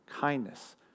kindness